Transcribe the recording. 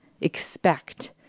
expect